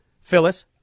Phyllis